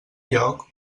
lloc